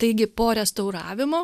taigi po restauravimo